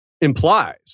implies